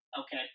Okay